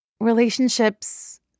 relationships